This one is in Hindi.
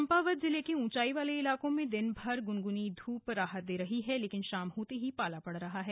चम्पावत जिले के ऊंचाई वाले इलाकों में दिनभर गुनगुनी धूप राहत दे रही है लेकिन शाम होते ही पाला पड़ रहा है